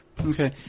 Okay